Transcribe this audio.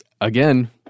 again